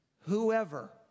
Whoever